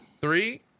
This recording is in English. Three